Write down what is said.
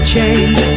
change